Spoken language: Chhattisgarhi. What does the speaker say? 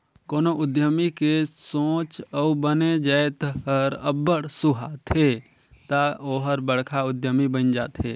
कोनो उद्यमी के सोंच अउ बने जाएत हर अब्बड़ सुहाथे ता ओहर बड़खा उद्यमी बइन जाथे